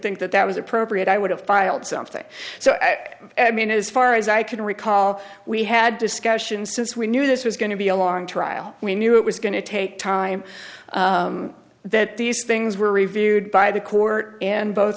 think that that was appropriate i would have filed something so i mean as far as i can recall we had discussions since we knew this was going to be a long trial we knew it was going to take time that these things were reviewed by the court and bot